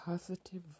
positive